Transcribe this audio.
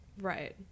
Right